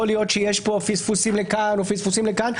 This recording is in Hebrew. יכול להיות שיש פה פספוסים לכאן או לכאן.